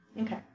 Okay